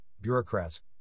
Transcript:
bureaucrats